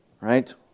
Right